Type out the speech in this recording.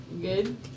good